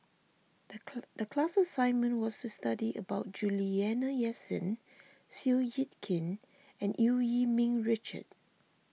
the class assignment was to study about Juliana Yasin Seow Yit Kin and Eu Yee Ming Richard